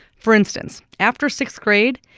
for instance, after sixth grade,